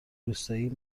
روستایی